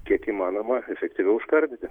kiek įmanoma efektyviau užkardyti